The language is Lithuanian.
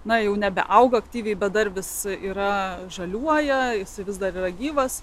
na jau nebeauga aktyviai bedarbis yra žaliuoja vis dar yra gyvas